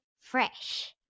Fresh